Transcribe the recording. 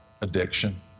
addiction